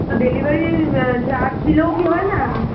তো delivery charge দিলেও কি হয় না